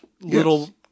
little